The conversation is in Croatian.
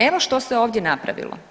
Evo što se ovdje napravilo.